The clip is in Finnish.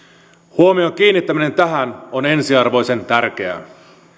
huomion kiinnittäminen tähän on ensiarvoisen tärkeää